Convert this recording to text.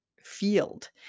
field